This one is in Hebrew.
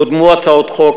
קודמו הצעות חוק,